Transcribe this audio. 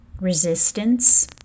Resistance